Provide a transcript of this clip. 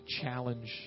challenge